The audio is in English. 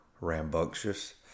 rambunctious